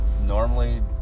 normally